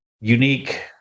unique